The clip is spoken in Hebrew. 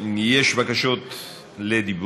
יש בקשות דיבור.